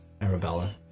Arabella